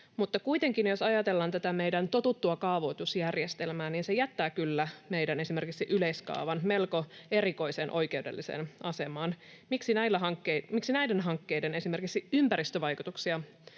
kuitenkin, jos ajatellaan tätä meidän totuttua kaavoitusjärjestelmää, se jättää kyllä esimerkiksi meidän yleiskaavan melko erikoiseen oikeudelliseen asemaan. Miksi näiden hankkeiden esimerkiksi ympäristövaikutuksia